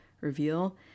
reveal